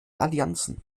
allianzen